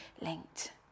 linked